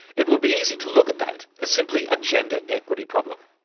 it would be easy to look at that as simply a gender-equity problem,